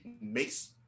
makes